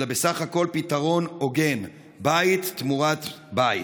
אלא בסך הכול פתרון הוגן: בית תמורת בית.